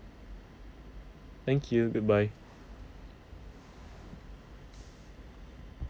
thank you goodbye